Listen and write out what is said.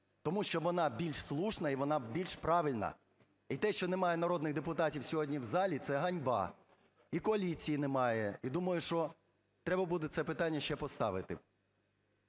Тому що вона більш слушна і вона більш правильна. І те, що немає народних депутатів сьогодні в залі – це ганьба. І коаліції немає. І думаю, що треба буде це питання ще поставити.